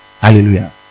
Hallelujah